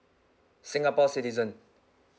singapore citizen